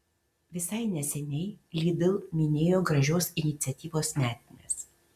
visai neseniai lidl minėjo gražios iniciatyvos metines